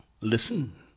listen